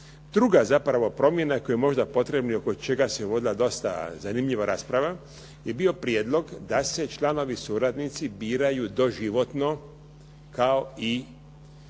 Druga zapravo promjena koja je možda potrebna i oko čega se vodila dosta zanimljiva rasprava je bio prijedlog da se članovi suradnici biraju doživotno kao i